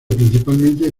principalmente